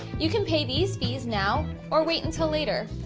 you can pay these fees now or wait until later.